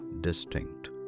distinct